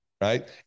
right